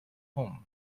home